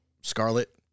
Scarlet